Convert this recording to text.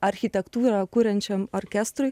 architektūrą kuriančiam orkestrui